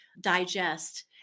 digest